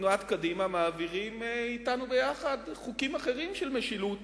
בתנועת קדימה מעבירים אתנו ביחד חוקים אחרים של משילות